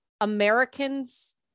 Americans